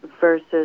versus